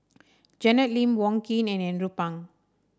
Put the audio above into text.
Janet Lim Wong Keen and Andrew Phang